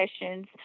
sessions